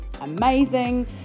amazing